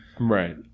right